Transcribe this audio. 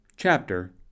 Chapter